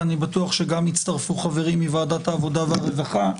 ואני בטוח שגם יצטרפו חברים מוועדת העבודה והרווחה,